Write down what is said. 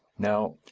now,